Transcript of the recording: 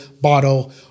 bottle